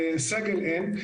מהסגל אין.